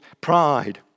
pride